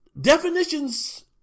definitions